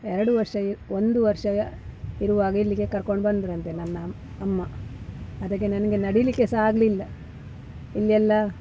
ಎರಡು ವರ್ಷ ಇ ಒಂದು ವರ್ಷಯ ಇರುವಾಗ ಇಲ್ಲಿಗೆ ಕರ್ಕೊಂಡು ಬಂದ್ರಂತೆ ನನ್ನ ಅಮ್ಮ ಅದಕ್ಕೆ ನನಗೆ ನಡಿಲಿಕ್ಕೆ ಸಹ ಆಗಲಿಲ್ಲ ಇಲ್ಲಿ ಎಲ್ಲ